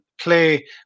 play